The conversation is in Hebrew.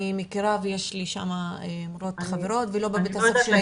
מכירה ויש לי שם מורות חברות ולא בבית הספר ש-